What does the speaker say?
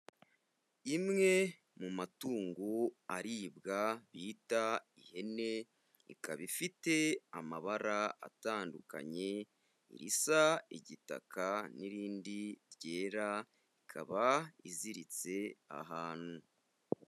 Imwe mu matungu aribwa bita ihene, ikaba ifite amabara atandukanye irisa igitaka n'irindi ryera, ikaba iziritse ahantu.